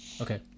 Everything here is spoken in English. Okay